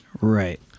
Right